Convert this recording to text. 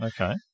Okay